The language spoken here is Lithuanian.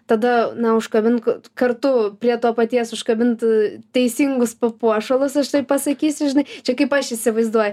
tada na užkabink kartu prie to paties užkabint teisingus papuošalus aš taip pasakysiu žinai čia kaip aš įsivaizduoju